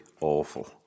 awful